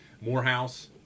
Morehouse